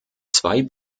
zwei